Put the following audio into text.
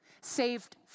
Saved